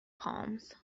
palms